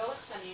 לאורך שנים,